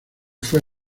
fue